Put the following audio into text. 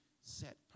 set